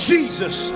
Jesus